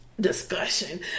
discussion